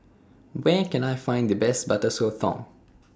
Where Can I Find The Best Butter Sotong